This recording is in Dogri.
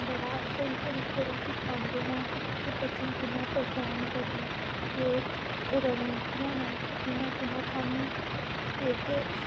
बड़ा स्हेई तरीके दा सखांदे न कि तुसें बच्चो कि'यां परफार्म करना केह् रणनतियां न कि'यां कि'यां थुआनूं केह् केह्